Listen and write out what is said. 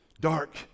dark